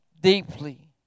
deeply